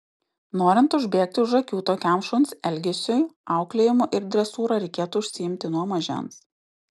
norint užbėgti už akių tokiam šuns elgesiui auklėjimu ir dresūra reikėtų užsiimti nuo mažens